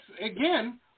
again